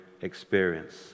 experience